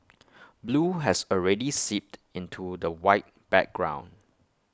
blue has already seeped into the white background